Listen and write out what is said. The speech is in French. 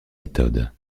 méthodes